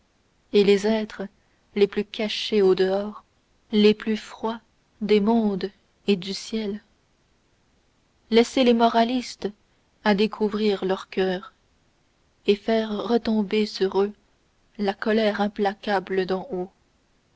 et les êtres les plus cachés au dehors les plus froids des mondes et du ciel lasser les moralistes à découvrir leur coeur et faire retomber sur eux la colère implacable d'en haut